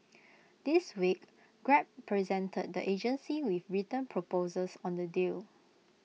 this week grab presented the agency with written proposals on the deal